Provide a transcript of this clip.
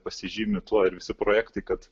pasižymi tuo ir visi projektai kad